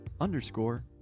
underscore